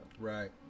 Right